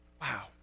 Wow